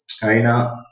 China